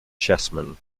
chessmen